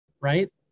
right